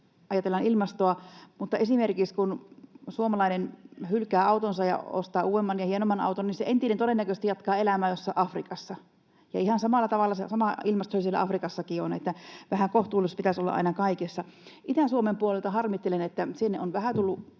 ajatellaan ilmastoa, niin esimerkiksi kun suomalainen hylkää autonsa ja ostaa uudemman ja hienomman auton, se entinen todennäköisesti jatkaa elämää jossain Afrikassa. Ihan sama ilmasto siellä Afrikassakin on, eli vähän kohtuullisuutta pitäisi olla aina kaikessa. Itä-Suomen puolelta harmittelen, että sinne on vähän tullut